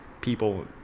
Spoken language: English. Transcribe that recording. people